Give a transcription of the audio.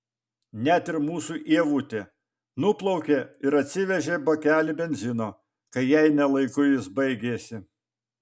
net ir mūsų ievutė nuplaukė ir atsivežė bakelį benzino kai jai ne laiku jis baigėsi